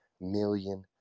million